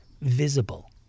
visible